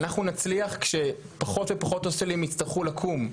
אנחנו נצליח כשפחות ופחות הוסטלים יצטרכו לקום.